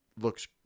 looks